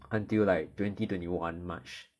until like twenty twenty one march